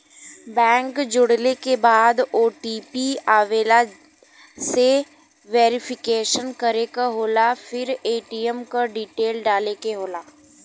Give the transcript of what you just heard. bank जोड़ले के बाद ओ.टी.पी आवेला से वेरिफिकेशन करे क होला फिर ए.टी.एम क डिटेल डाले क होला